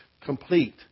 complete